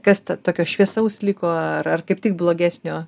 kas ta tokio šviesaus liko ar ar kaip tik blogesnio